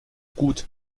gut